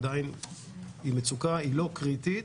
המצוקה היא לא קריטית,